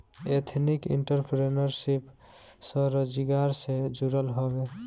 ethnic entrepreneurship स्वरोजगार से जुड़ल हवे